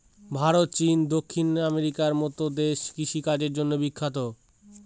ভারত, চীন, দক্ষিণ আমেরিকার মতো দেশ কৃষিকাজের জন্য বিখ্যাত